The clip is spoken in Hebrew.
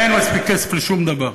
אין לה מספיק כסף לשום דבר.